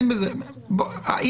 אני